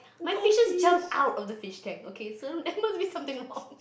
my fishes jump out of the fish tank okay so there's must be something on